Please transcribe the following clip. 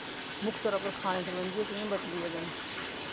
मुक्ख तौरा पर खाने सरबंधी ओह् कियां बदली गेदे न